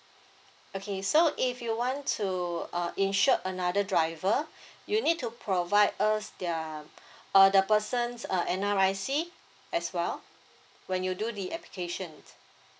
okay so if you want to uh insured another driver you need to provide us their uh the person's uh N_R_I_C as well when you do the application